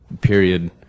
period